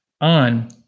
on